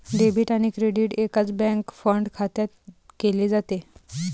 debit आणि credit एकाच bank fund खात्यात केले जाते